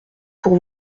pour